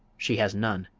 she has none.